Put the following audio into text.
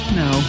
no